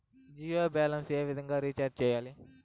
Jio balance ఏ విధంగా recharge సేయాలి?